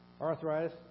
arthritis